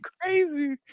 crazy